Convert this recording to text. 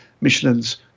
Michelin's